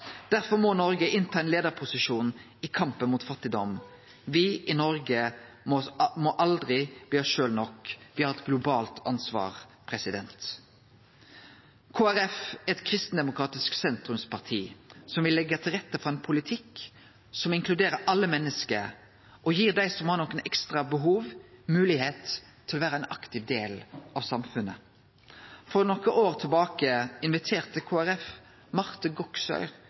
Derfor må Noreg ta ein leiarposisjon i kampen mot fattigdom. Me i Noreg må aldri bli oss sjølve nok. Me har eit globalt ansvar. Kristeleg Folkeparti er eit kristendemokratisk sentrumsparti som vil leggje til rette for ein politikk som inkluderer alle menneske, og gir dei som har nokre ekstra behov, moglegheit til å vere ein aktiv del av samfunnet. For nokre år tilbake inviterte Kristeleg Folkeparti Marte Goksøyr